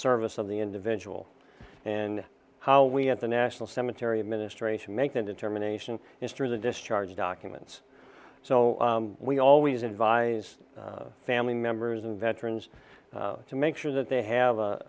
service of the individual and how we at the national cemetery administration make that determination is through the discharge documents so we always advise family members and veterans to make sure that they have a